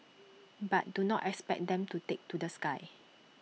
but do not expect them to take to the sky